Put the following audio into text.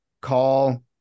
Call